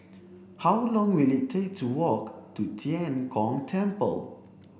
how long will it take to walk to Tian Kong Temple